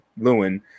Lewin